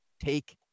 take